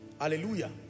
Hallelujah